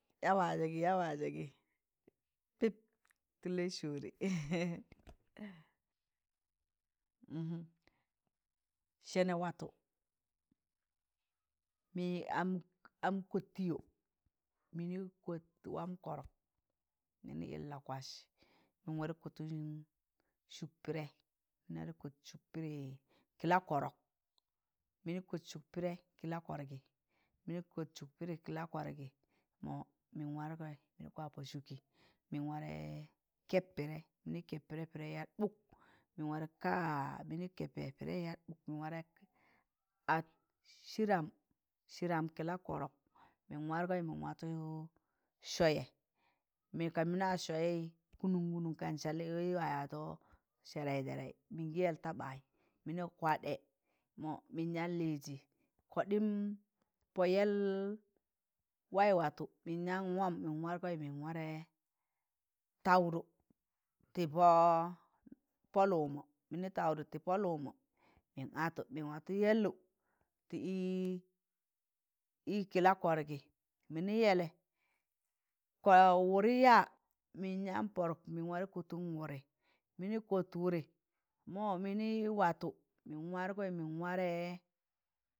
Ya wajẹ gị ya wajẹ gị pịp tụlẹị sọọrị sẹnẹ watọ mi am kọt tịyọ mịnị yịl la kwas min yaan kotun sụk pịdẹị sụk pịdị kịla kọrọk mịnị kọt sụk pịdị kị la kọrọkị mọ mịn warẹ kẹp pịdẹi pịdẹị yaan yat ɓụk mịn warẹ ka mịnị warẹ ad sịdan sịdam kịla kọrọk mịn wargọị mịn warẹ sọyẹ kan mịn wa sọyị kụnụn gụnụn kan wa yaịzọ sẹẹrẹị sẹẹrẹị mịngị yẹl da bayị mọ mịn yan lịịzẹ kọɗịm pọ yẹl waị watọ mịn yaan waam mịn warẹ taụdụ tị pọ lụkmọ mịnị taụdụ tị pọ lụkmọ mịn atu min watọ yẹllụ tị ị kilakọrgị kọ wụdị yaa mịn yaan pọdọk mịn yaan kọtụn wụdị mịnị kọt wụdị mọ mịnị wadi mo mini watu min wargoi min ware